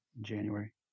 January